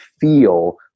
feel